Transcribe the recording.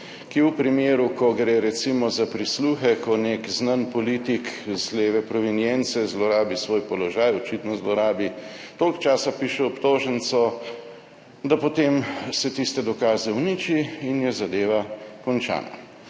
ki v primeru, ko gre recimo za prisluhe, ko nek znan politik z leve provenience zlorabi svoj položaj, očitno zlorabi, toliko časa piše obtožnico, da se potem tiste dokaze uniči in je zadeva končana.